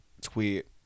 tweet